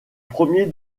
premier